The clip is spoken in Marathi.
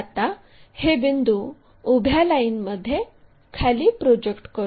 आता हे बिंदू उभ्या लाईनमध्ये खाली प्रोजेक्ट करू